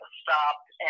stopped